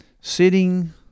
sitting